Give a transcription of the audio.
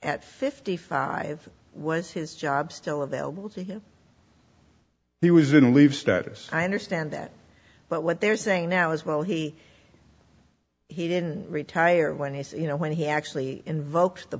at fifty five was his job still available to him he was in a leave status i understand that but what they're saying now is well he he didn't retire when he's you know when he actually invokes t